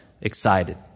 excited